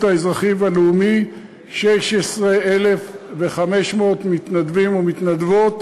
האזרחי והלאומי 16,500 מתנדבים ומתנדבות,